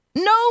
No